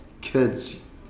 kids